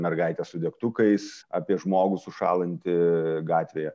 mergaitė su degtukais apie žmogų sušąlantį gatvėje